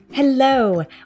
Hello